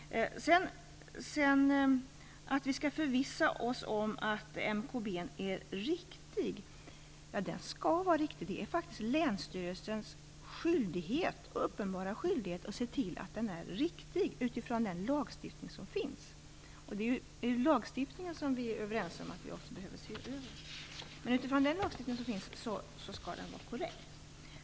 Vi skall förvissa oss om att MKB:n är riktig, anser Gudrun Lindvall. Den skall vara riktig. Det är faktiskt Länsstyrelsens uppenbara skyldighet att se till att den är riktig utifrån den lagstiftning som finns. Vi är ju överens om att vi behöver se över lagstiftningen. Men utifrån den lagstiftning som finns skall MKB:n vara korrekt.